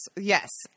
Yes